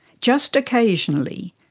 just occasionally,